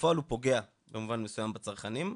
בפועל הוא פוגע במובן מסוים בצרכנים,